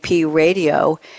Radio